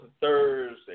Thursday